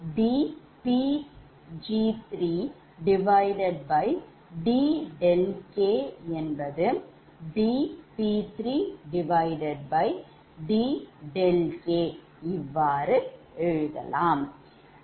ஆகையால் dPg2dɗkdP2dɗkdPg3dɗkdP3dɗk இவ்வாறு எழுதலாம்